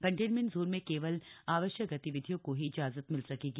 containment zone में केवल आवश्यक गतिविधियों को ही इजाजत मिल सकेगी